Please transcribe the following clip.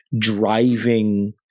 driving